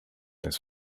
his